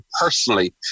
personally